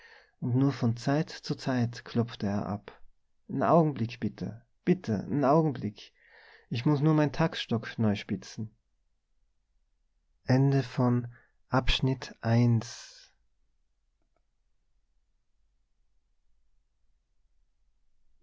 nur von zeit zu zeit klopfte er ab n augenblick bitte n augenblick ich muß nur mein taktstock neu